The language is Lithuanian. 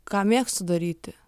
ką mėgstu daryti